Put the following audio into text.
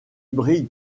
brille